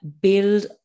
build